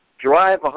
drive